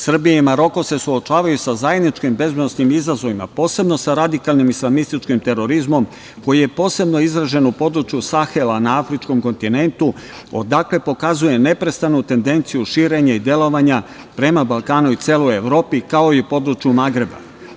Srbija i Maroko se suočavaju sa zajedničkim bezbednosnim izazovima, posebno sa radikalnim islamističkim terorizmom, koji je posebno izražen u području Sahela na afričkom kontinentu, odakle pokazuje neprestanu tendenciju širenja i delovanja prema Balkanu i celoj Evropi, kao i području Magreba.